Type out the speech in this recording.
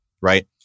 Right